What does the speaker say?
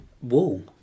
wall